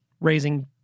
raising